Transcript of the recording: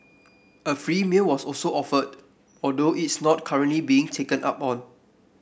a free meal was also offered although it's not currently being taken up on